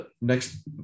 Next